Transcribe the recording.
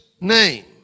name